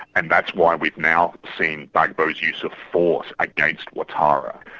and that's why we've now seen gbagbo's use of force against ouattara.